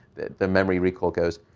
the the memory-recall goes?